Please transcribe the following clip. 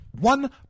one